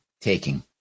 taking